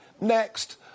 next